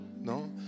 No